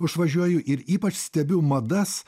aš važiuoju ir ypač stebiu madas